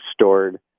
stored